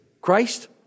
Christ